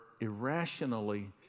irrationally